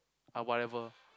uh whatever